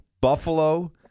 Buffalo